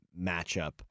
matchup